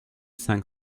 cinq